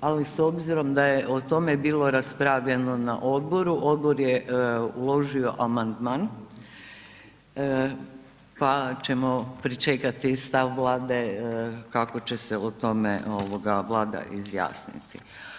ali s obzirom da je o tome bilo raspravljeno na odboru, odbor je uložio amandman, pa ćemo pričekati stav Vlade kako će se o tome Vlada izjasniti.